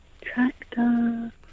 tractor